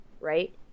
right